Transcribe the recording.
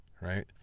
right